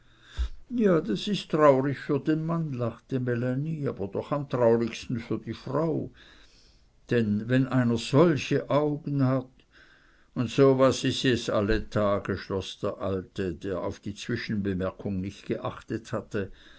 ja das ist traurig für den mann lachte melanie aber doch am traurigsten für die frau denn wenn einer solche augen hat un so was is jetzt alle tage schloß der alte der auf die zwischenbemerkung nicht geachtet hatte